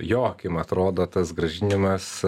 jo akim atrodo tas grąžinimas